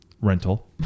rental